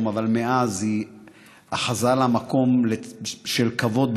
אבל מאז היא אחזה לה "מקום של כבוד",